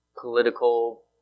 political